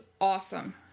awesome